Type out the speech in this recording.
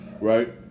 right